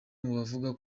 bavuga